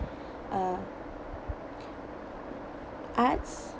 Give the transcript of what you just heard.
uh arts